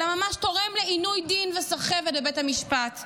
אלא ממש תורם לעינוי דין וסחבת בבית המשפט.